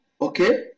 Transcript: okay